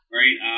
right